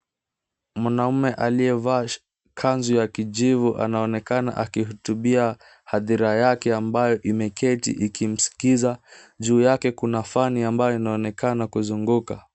Mwanaume aliyevaa kanzu ya kijivu anaonekana akihutubia hadhira yake ambayo imeketi ikimskiza. Juu yake kuna fani ambayo ianaonekana kuzunguka.